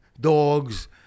dogs